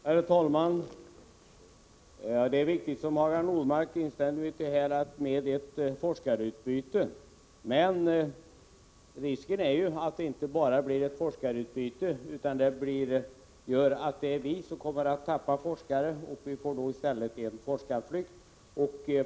Herr talman! Det är viktigt, som Hagar Normark höll med om, med ett forskarutbyte. Risken är dock att det inte bara blir ett utbyte, utan att vi kommer att tappa forskare, att vi får en forskarflykt.